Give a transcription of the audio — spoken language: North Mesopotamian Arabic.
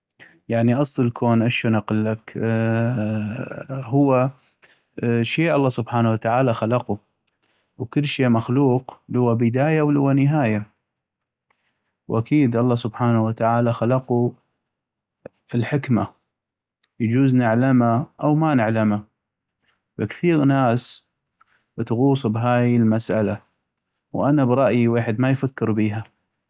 يعني أصل الكون اشون اقلك ااا ، هو شي الله سبحانه وتعالى خلقو وكلشي مخلوق لوا بداية ولوا نهاية ، واكيد الله سبحانه وتعالى خلقو لحكمة يجوز نعلمه أو ما نعمله ، وكثيغ ناس تغوص بهاي المسألة وانا برأيي ويحد ما يفكر بيها.